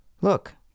Look